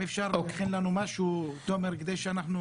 אם אפשר להכין לנו משהו, תומר, כדי שאנחנו